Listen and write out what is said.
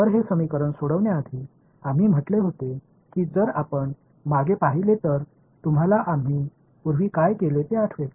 तर हे समीकरण सोडवण्यासाठी आम्ही म्हटले होते की जर आपण मागे पाहिले तर तुम्हाला आम्ही पूर्वी काय केले ते आठवेल